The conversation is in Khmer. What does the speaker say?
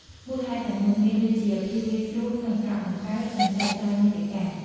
មូលហេតុទាំងនោះមានដូចជា ភាពងាយស្រួលក្នុងការបង្កើត និងចែកចាយមាតិកា។